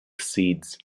seeds